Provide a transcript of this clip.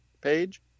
page